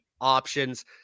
options